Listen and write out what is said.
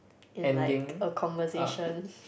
in like a conversation